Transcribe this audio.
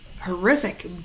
horrific